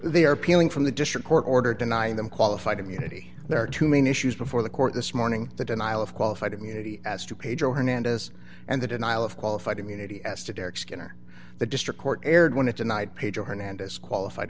they are peeling from the district court order denying them qualified immunity there are two main issues before the court this morning the denial of qualified immunity as to pedro hernandez and the denial of qualified immunity as to derek skinner the district court erred when it tonight pedro hernandez qualified